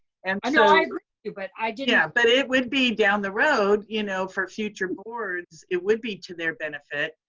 and and like you but i didn't yeah but it would be down the road you know for future boards, it would be to their benefit,